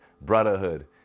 brotherhood